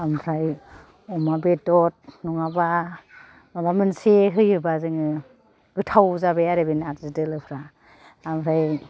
ओमफ्राय अमा बेदर नङाबा माबा मोनसे होयोबा जोङो गोथाव जाबाय आरो बे नारजि दोलोफ्रा ओमफ्राय